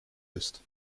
ist